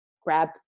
grab